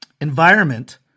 environment